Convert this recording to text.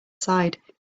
side